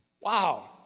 Wow